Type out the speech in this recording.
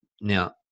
Now